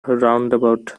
roundabout